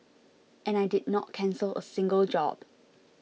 and I did not cancel a single job